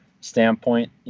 standpoint